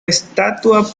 estatua